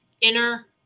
inner